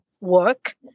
work